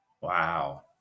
Wow